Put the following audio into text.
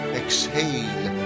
exhale